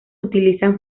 utilizan